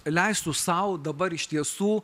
leisiu sau dabar iš tiesų